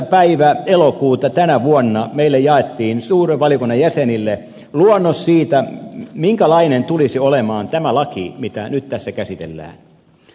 päivä elokuuta tänä vuonna meille suuren valiokunnan jäsenille jaettiin luonnos siitä minkälainen tulisi olemaan tämä laki mitä nyt tässä käsitellään